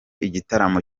igitaramo